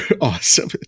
awesome